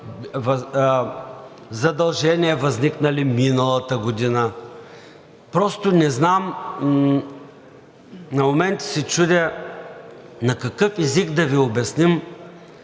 задължения, възникнали миналата година. Просто не знам. На моменти се чудя на какъв език да Ви обясним,